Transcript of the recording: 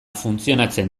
funtzionatzen